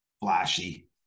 flashy